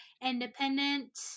independent